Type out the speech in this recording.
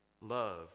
love